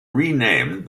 renamed